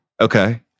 Okay